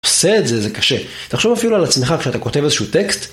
עושה את זה, זה קשה, תחשוב אפילו על עצמך כשאתה כותב איזשהו טקסט.